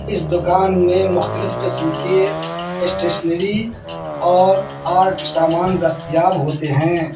اس دکان میں مختلف قسم کے اسٹیشنری اور آرٹ سامان دستیاب ہوتے ہیں